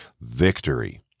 victory